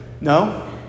no